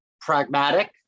pragmatic